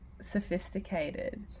sophisticated